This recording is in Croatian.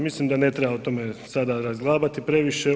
Mislim da ne treba o tome sada razglabati previše.